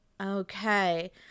Okay